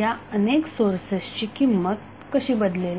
या अनेक सोर्सेस ची किंमत कशी बदलेल